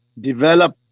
develop